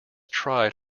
tried